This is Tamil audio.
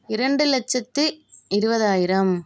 இரண்டு லட்சத்து இருபதாயிரம்